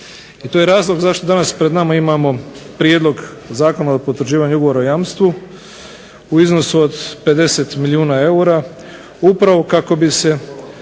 I to je razlog zašto danas pred nama imamo prijedlog zakona o potvrđivanju ugovora o jamstvu u iznosu od 50 milijuna eura upravo kako bi se